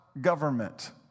government